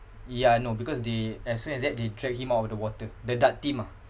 yeah no because they ya so after that they dragged him out of the water the DART team ah